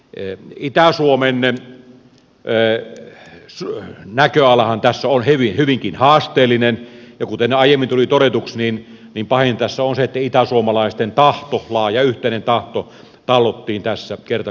ei niitä on suomen den itä suomen näköalahan tässä on hyvinkin haasteellinen ja kuten aiemmin tuli todetuksi pahinta tässä on se että itäsuomalaisten tahto laaja yhteinen tahto tallottiin tässä kerta kaikkiaan maahan